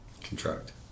Contract